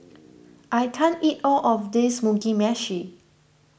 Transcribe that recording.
I can't eat all of this Mugi Meshi